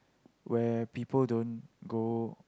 where people don't go